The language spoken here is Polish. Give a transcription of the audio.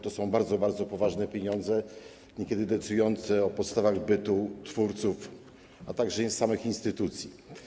To są bardzo, bardzo poważne pieniądze, niekiedy decydujące o podstawach bytu twórców, a także samych instytucji.